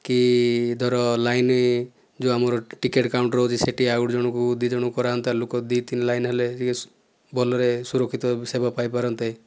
କି ଧର ଲାଇନ୍ ଯେଉଁ ଆମର ଟିକେଟ କାଉଣ୍ଟର୍ ଅଛି ସେଇଠି ଆଉ ଗୋଟିଏ ଜଣକୁ ଦୁଇଜଣକୁ କରାହୁଅନ୍ତା ଲୋକ ଦୁଇ ତିନି ଲାଇନ୍ ହେଲେ ଟିକେ ଭଲରେ ସୁରକ୍ଷିତ ସେବା ପାଇପାରନ୍ତେ